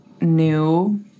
new